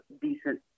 decent